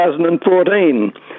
2014